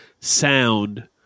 sound